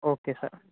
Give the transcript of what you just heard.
okay sir